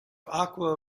aqua